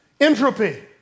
Entropy